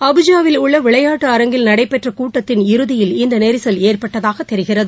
அபுஜாவில் உள்ள விளையாட்டு அரங்கில் நடைபெற்ற கூட்டத்தின் இறுதியில் இந்த நெரிசல் ஏற்பட்டதாக தெரிகிறது